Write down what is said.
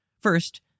First